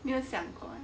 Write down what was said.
没有想过